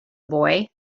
boy